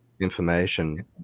information